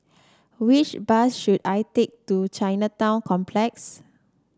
which bus should I take to Chinatown Complex